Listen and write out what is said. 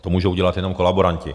To můžou udělat jenom kolaboranti.